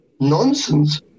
nonsense